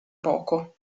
poco